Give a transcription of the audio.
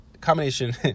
combination